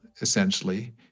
essentially